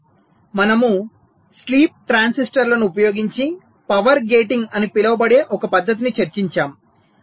చివరగా మనము స్లీప్ ట్రాన్సిస్టర్లను ఉపయోగించి పవర్ గేటింగ్ అని పిలువబడే ఒక పద్ధతిని చర్చించాము